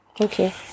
Okay